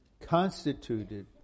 constituted